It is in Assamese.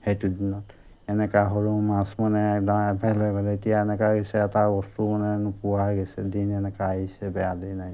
সেইটো দিনত এনেকুৱা সৰু মাছ মানে একদম এভেলেবোল এতিয়া এনেকুৱা হৈছে এটা বস্তু মানে নোপোৱা হৈ গৈছে দিন এনেকুৱা আহিছে বেয়া দিন আহিছে